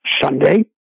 Sunday